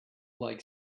like